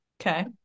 Okay